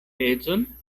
edzon